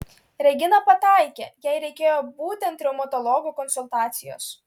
regina pataikė jai reikėjo būtent reumatologo konsultacijos